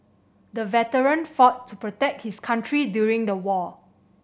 the veteran fought to protect his country during the war